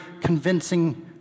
convincing